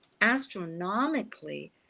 astronomically